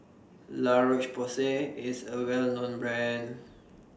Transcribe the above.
La Roche Porsay IS A Well known Brand